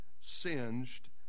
singed